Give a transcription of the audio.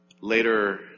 Later